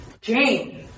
Jane